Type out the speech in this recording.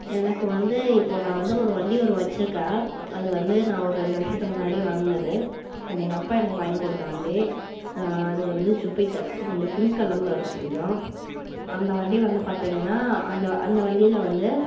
எனக்கு வந்து இப்போது நான் வந்து ஒரு வண்டி ஒரு வச்சுருக்கேன் அது வந்து நான் ஒரு ரெண்டு வருஷத்துக்கு முன்னாடி வாங்கினது அது எங்கள் அப்பா எனக்கு வாங்கி கொடுத்த வண்டி அது வந்து ஜுப்பிட்டர் வந்து பிங்க் கலரில் இருக்கும் கொஞ்சம் அந்த வண்டி வந்து பார்த்தீங்கன்னா அந்த அந்த வண்டியில் வந்து